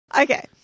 okay